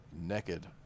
Naked